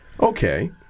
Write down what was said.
Okay